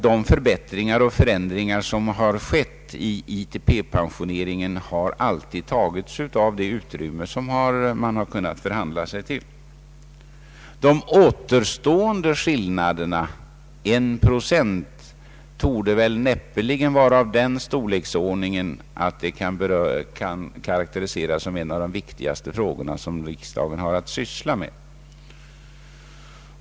De förbättringar och förändringar som har skett i ITP-pensioneringen har alltid tagits av det utrymme man har kunnat förhandla sig till. Den återstående skillnaden, 1 procent, torde näppeligen vara av den storleksordningen att detta kan karakteriseras som en av de viktigaste frågorna som riksdagen har att syssla med.